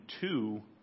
two